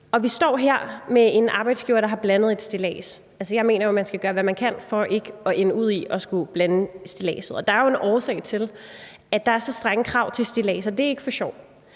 Vi står her med en arbejdsgiver, der har blandet et stillads. Jeg mener jo, at man skal gøre, hvad man kan, for ikke at ende ud i at skulle blande stilladset. Der er jo en årsag til, at der er så strenge krav til stilladser. Det er ikke for sjov.